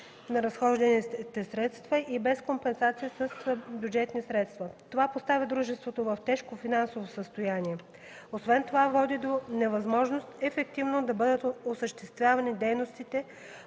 на разходваните средства и без компенсация с бюджетни средства. Това поставя дружеството в тежко финансово състояние, освен това води до невъзможност ефективно да бъдат осъществявани дейностите